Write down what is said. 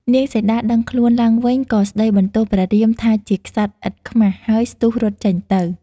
នាងសីតាដឹងខ្លួនឡើងវិញក៏ស្តីបន្ទោសព្រះរាមថាជាក្សត្រឥតខ្មាស ហើយស្ទុះរត់ចេញទៅ។